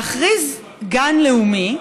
להכריז גן לאומי,